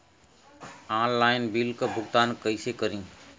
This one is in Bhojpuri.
ऑनलाइन बिल क भुगतान कईसे करी?